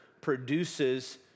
produces